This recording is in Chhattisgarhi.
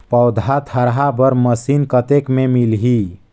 पौधा थरहा बर मशीन कतेक मे मिलही?